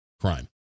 crime